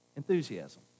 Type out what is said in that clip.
Enthusiasm